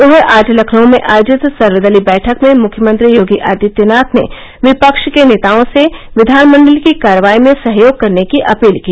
उधर आज लखनऊ में आयोजित सर्वदलीय बैठक में मुख्यमंत्री योगी आदित्यनाथ ने विपक्ष के नेताओं से विधानमण्डल की कार्यवाही में सहयोग करने की अपील की